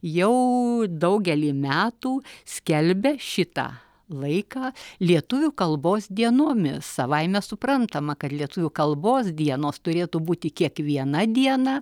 jau daugelį metų skelbia šitą laiką lietuvių kalbos dienomis savaime suprantama kad lietuvių kalbos dienos turėtų būti kiekviena diena